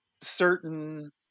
certain